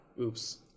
oops